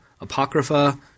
Apocrypha